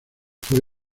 fue